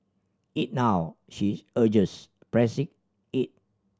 eat now she urges pressing it